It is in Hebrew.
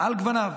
על גווניו.